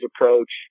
approach